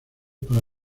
para